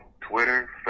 Twitter